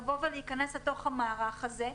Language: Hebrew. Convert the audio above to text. לבוא ולהיכנס לתוך המערך הזה.